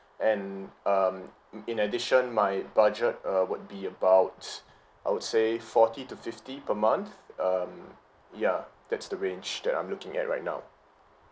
and um in addition my budget uh would be about I would say forty to fifty per month um ya that's the range that I'm looking at right now